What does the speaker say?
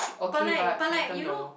but like but like you know